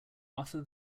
after